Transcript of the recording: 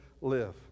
live